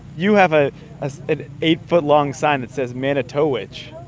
you have ah ah an eight foot long sign that says manitowich